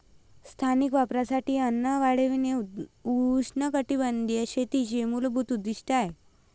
स्थानिक वापरासाठी अन्न वाढविणे उष्णकटिबंधीय शेतीचे मूलभूत उद्दीष्ट आहे